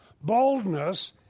boldness